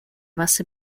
base